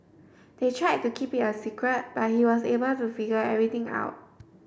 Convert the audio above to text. they tried to keep it a secret but he was able to figure everything out